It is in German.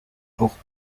auch